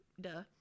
Duh